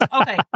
Okay